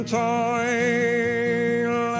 toil